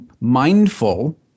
mindful